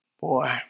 Boy